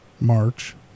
March